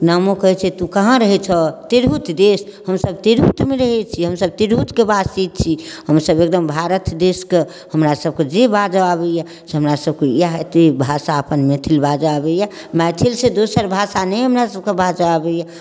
नामुक अछि तू कहाँ रहैत छऽ तिरहुत देश हमसब तिरहुतमे रहैत छी हमसब तिरहुतके वासी छी हमसब एकदम भारत देश कऽ हमरा सबके जे बाजऽ अबैया से हमरा सबकऽ इएह एतेक भाषा अपन मैथिली बाजऽ अबैया मैथिलीसँ दोसर भाषा नहि हमरा सबकऽ बाजऽ अबैया